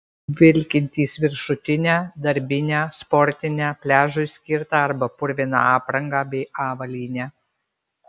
vilkintys viršutinę darbinę sportinę pliažui skirtą arba purviną aprangą bei avalynę